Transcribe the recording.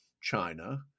China